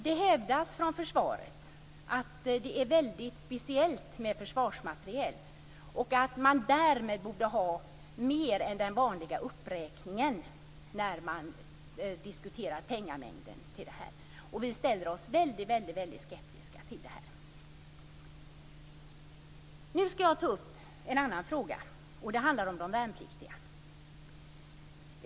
Det hävdas från försvaret att försvarsmateriel är väldigt speciellt och att uppräkningen därmed borde vara större än vanligt när man diskuterar penningamängden. Vi ställer oss väldigt skeptiska till detta. Nu skall jag ta upp en annan fråga. Det handlar om de värnpliktiga.